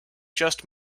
just